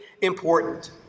important